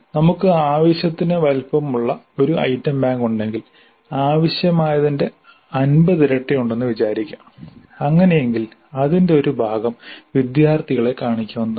നമുക്ക് ആവശ്യത്തിന് വലുപ്പമുള്ള ഒരു ഐറ്റം ബാങ്ക് ഉണ്ടെങ്കിൽ ആവശ്യമായത്തിന്റെ 50 ഇരട്ടി ഉണ്ടെന്ന് വിചാരിക്കുക അങ്ങനെയെങ്കിൽ അതിന്റെ ഒരു ഭാഗം വിദ്യാർത്ഥികളെ കാണിക്കാവുന്നതാണ്